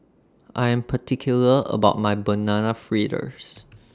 I Am particular about My Banana Fritters